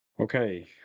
Okay